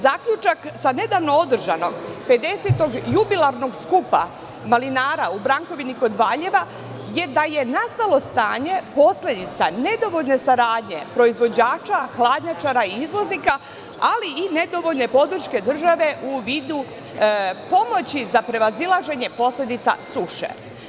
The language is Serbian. Zaključak sa nedavno održanog pedesetog jubilarnog Skupa malinara u Brankovini kod Valjeva je da je nastalo stanje posledica nedovoljne saradnje proizvođača, hladnjačara i izvoznika, ali i nedovoljne podrške države u vidu pomoći za prevazilaženje posledica suše.